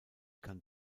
kann